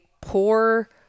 poor